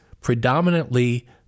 predominantly